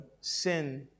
sin